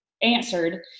answered